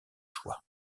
choix